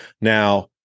Now